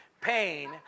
pain